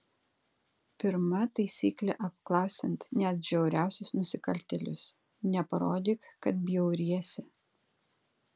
pirma taisyklė apklausiant net žiauriausius nusikaltėlius neparodyk kad bjauriesi